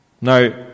Now